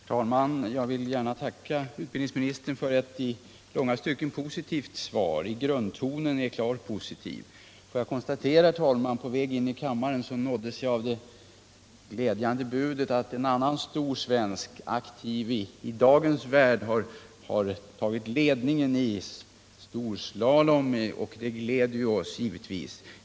Herr talman! Jag vill gärna tacka utbildningsministern för ett i grundtonen positivt svar. Får jag parentetiskt säga, herr talman, att på väg in i kammaren nåddes jag av det glädjande budet att en får jag säga stor svensk — Ingemar Stenmark — har tagit ledningen i storslalom-VM. Det gläder oss givetvis.